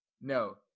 No